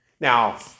Now